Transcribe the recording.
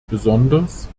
besonders